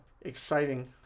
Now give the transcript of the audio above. exciting